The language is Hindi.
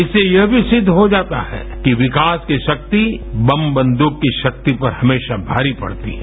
इससे यह भी सिद्ध हो जाता है कि विकास की शक्ति बम बंद्रक की शक्ति पर हमेशा भारी पड़ती है